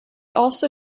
also